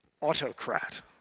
autocrat